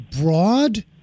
broad